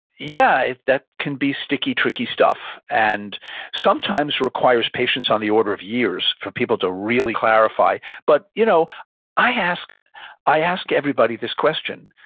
yeah, that can be sticky, tricky stuff, and sometimes requires patients on the order of years for people to really clarify, but you know i ask i ask everybody this question,